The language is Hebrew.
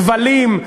כבלים,